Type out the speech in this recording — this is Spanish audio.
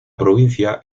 provincia